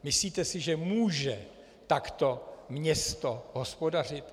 Myslíte si, že může takto město hospodařit?